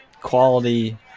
quality